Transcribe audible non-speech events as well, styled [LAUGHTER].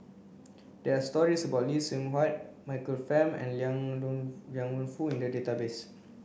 there are stories about Lee Seng Huat Michael Fam and Liang [UNINTELLIGIBLE] Liang Wenfu in the database